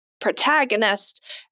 protagonist